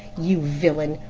you villain,